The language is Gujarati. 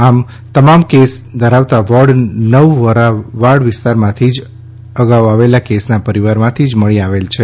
આ તમામ કેસ ધરાવતા વોર્ડ નવ વોરા વાડ વિસ્તાર માથી જ અગાઉ આવેલ કેસના પરિવાર માથી જ મળી આવેલ છે